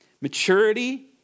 Maturity